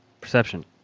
Perception